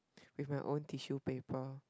with my own tissue paper